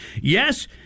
yes